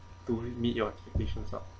to meet your expectations lah